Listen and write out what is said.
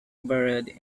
buried